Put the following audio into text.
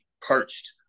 Perched